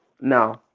No